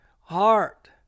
heart